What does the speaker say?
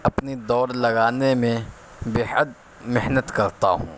اپنی دوڑ لگانے میں بےحد محنت کرتا ہوں